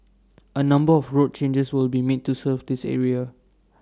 A number of road changes will be made to serve this area